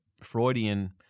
Freudian